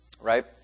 Right